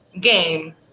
game